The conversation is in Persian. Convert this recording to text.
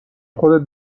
خودت